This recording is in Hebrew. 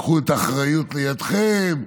קחו את האחריות לידיכם,